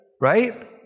right